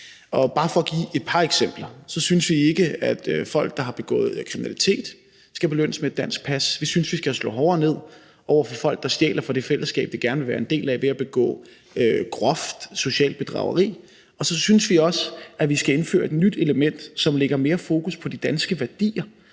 dag. Bare for at give et par eksempler, så synes vi ikke, at folk, der har begået kriminalitet, skal belønnes med et dansk pas. Vi synes, vi skal slå hårdere ned over for folk, der stjæler fra det fællesskab, de gerne vil være en del af, ved at begå groft socialt bedrageri. Og så synes vi også, vi skal indføre et nyt element, som lægger mere fokus på de danske værdier,